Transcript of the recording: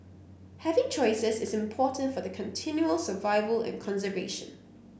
having choices is important for their continual survival and conservation